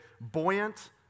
buoyant